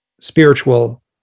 spiritual